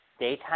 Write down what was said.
Daytime